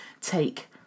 take